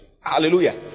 Hallelujah